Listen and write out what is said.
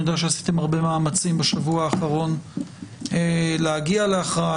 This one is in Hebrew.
אני יודע שעשיתם הרבה מאמצים בשבוע האחרון להגיע להכרעה,